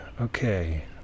Okay